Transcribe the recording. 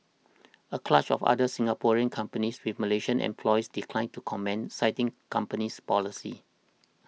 a clutch of other Singaporean companies with Malaysian employees declined to comment citing companies policy